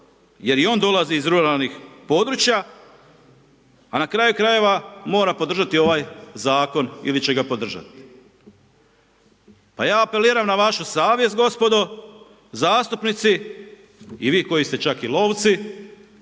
jer i on dolazi iz ruralnih područja, a na kraju krajeva mora podržati ovaj zakon ili će ga podržati. Pa ja apeliram na vašu savjest gospodo zastupnici i vi koji ste čak i lovci,